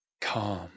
calm